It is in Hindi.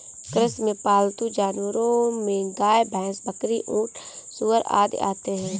कृषि में पालतू जानवरो में गाय, भैंस, बकरी, ऊँट, सूअर आदि आते है